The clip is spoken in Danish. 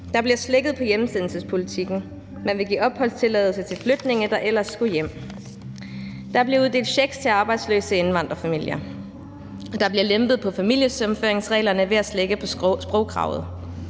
Der bliver slækket på hjemsendelsespolitikken; man vil give opholdstilladelse til flygtninge, der ellers skulle hjem; der bliver uddelt checks til arbejdsløse indvandrerfamilier; der bliver lempet på familiesammenføringsreglerne ved at slække på sprogkravene.